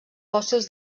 fòssils